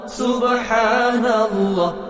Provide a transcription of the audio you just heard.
subhanallah